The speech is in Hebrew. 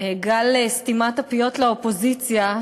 גל סתימת הפיות לאופוזיציה,